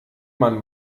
man